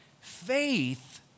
faith